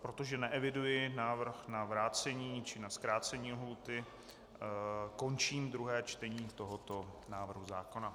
Protože neeviduji návrh na vrácení či na zkrácení lhůty, končím druhé čtení tohoto návrhu zákona.